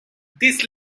this